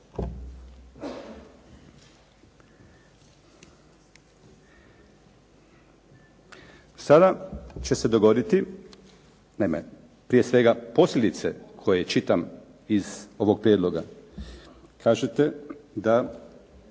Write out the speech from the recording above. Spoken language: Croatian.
Sada će se dogoditi, naime prije svega posljedice koje čitam iz ovog prijedloga. Kažete da